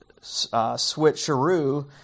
switcheroo